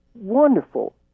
wonderful